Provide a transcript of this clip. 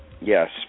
yes